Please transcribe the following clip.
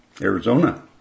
Arizona